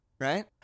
right